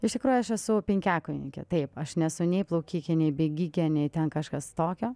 iš tikrųjų aš esu penkiakovininkė taip aš nesu nei plaukikė nei bėgikė nei ten kažkas tokio